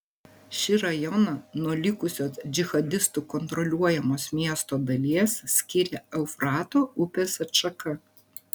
šį rajoną nuo likusios džihadistų kontroliuojamos miesto dalies skiria eufrato upės atšaka